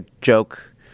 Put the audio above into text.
joke